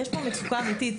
יש פה מצוקה אמיתית.